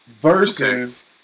versus